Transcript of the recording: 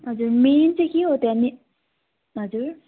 हजुर मेन चैँ के हो त्यहाँ ने हजुर